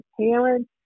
parents